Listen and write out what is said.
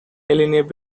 elaine